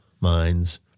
minds